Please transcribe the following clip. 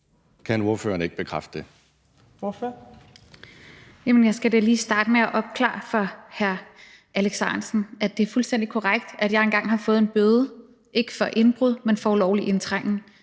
Kl. 12:32 Rosa Lund (EL): Jeg skal da lige starte med at opklare for hr. Alex Ahrendtsen, at det er fuldstændig korrekt, at jeg engang har fået en bøde, ikke for indbrud, men for ulovlig indtrængen.